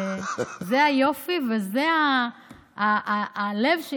מאחר שאדוני שכח לציין אדם אחד,